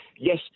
yes